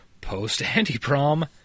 post-Anti-Prom